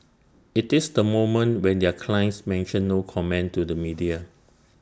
IT is the moment when their clients mention no comment to the media